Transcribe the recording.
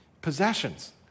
possessions